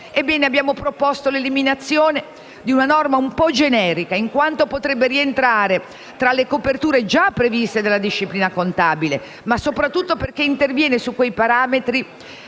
abbiamo proposto l'eliminazione di una norma un po' generica in quanto potrebbe rientrare tra le coperture già previste dalla disciplina contabile, ma soprattutto perché intervenire su quei parametri